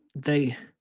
they